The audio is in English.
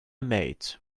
maid